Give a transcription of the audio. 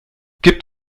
gibt